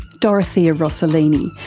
dorothea rossellini,